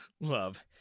love